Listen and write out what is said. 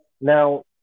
Now